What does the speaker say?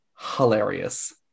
hilarious